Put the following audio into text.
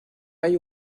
hay